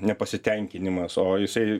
nepasitenkinimas o jisai